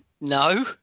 No